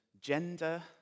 gender